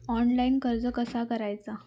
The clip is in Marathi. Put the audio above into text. ऑनलाइन कर्ज कसा करायचा?